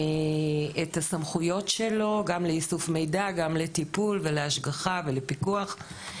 את הסמכויות שלו גם לאיסוף מידע וגם לטיפול ולהשגחה ולפיקוח.